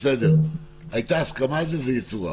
בסדר, הייתה הסכמה על זה, זה יצורף.